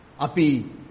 Api